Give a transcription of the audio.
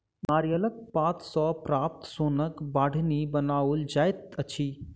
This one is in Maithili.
नारियलक पात सॅ प्राप्त सोनक बाढ़नि बनाओल जाइत अछि